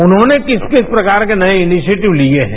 उन्होंने किस किस प्रकार के नये इनिशिएटिव लिये हैं